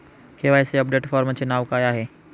KYC update फॉर्मचे नाव काय आहे?